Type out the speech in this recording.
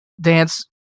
dance